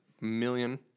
million